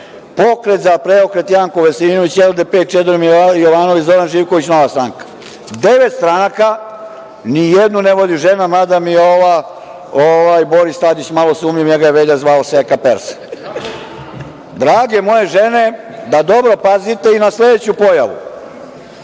Pokret za preokret Janko Veselinović, LDP Čedomir Jovanović, Zoran Živković, Nova stranka. Devet stranaka, ni jednu ne vodi žena, mada mi je Boris Tadić malo sumnjiv, njega je Velja zvao seka Persa. Drage moje žene, da dobro pazite i na sledeću pojavu